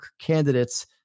candidates